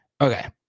okay